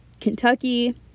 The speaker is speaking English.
Kentucky